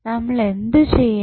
നമ്മളെന്തു ചെയ്യണം